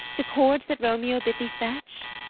the cords that romeo bid thee fetch?